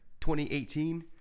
2018